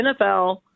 NFL